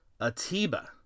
Atiba